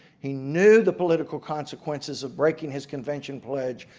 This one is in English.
he knew the political consequences of breaking his convention pledge,